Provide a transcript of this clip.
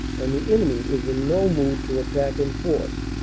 and the enemy is in no mood to attack in force.